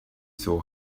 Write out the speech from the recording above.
saw